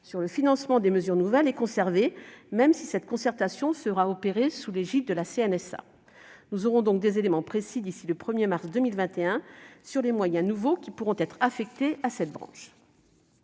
sur le financement des mesures nouvelles est conservé, même si cette concertation sera opérée sous l'égide de la CNSA. Nous aurons donc des éléments précis d'ici au 1 mars 2021 sur les moyens nouveaux qui pourront être affectés à cette branche.